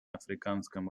африканском